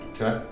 Okay